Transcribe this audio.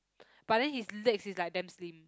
but then his legs is like damn slim